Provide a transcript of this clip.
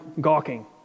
gawking